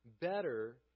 Better